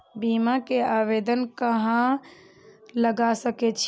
बीमा के आवेदन कहाँ लगा सके छी?